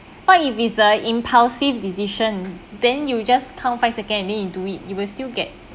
what if it's a impulsive decision then you just count five second and then you do it you will still get